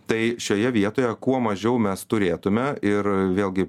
tai šioje vietoje kuo mažiau mes turėtume ir vėlgi